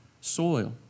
soil